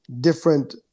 different